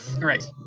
Right